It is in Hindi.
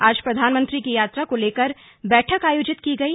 आज प्रधानमंत्री की यात्रा को लेकर बैठक आयोजित की गई